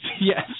Yes